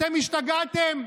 אתם השתגעתם?